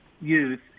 youth